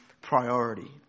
priority